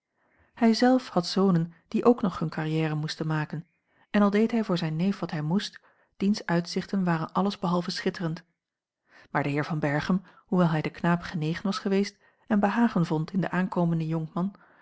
hij zelf had zonen die ook nog hunne carrière moesten maken en al deed hij voor zijn neef wat hij moest diens uitzichten waren alles behalve schitterend maar de heer van berchem hoewel hij den knaap genegen was geweest en behagen vond in den aankomenden jonkman